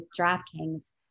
DraftKings